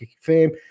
Fame